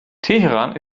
teheran